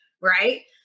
right